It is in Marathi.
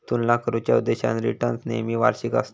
तुलना करुच्या उद्देशान रिटर्न्स नेहमी वार्षिक आसतत